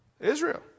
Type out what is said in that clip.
Israel